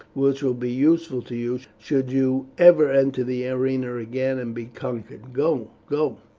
which will be useful to you should you ever enter the arena again and be conquered. go, go!